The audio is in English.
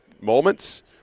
moments